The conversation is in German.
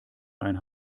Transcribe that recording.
ein